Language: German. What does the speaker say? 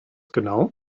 genau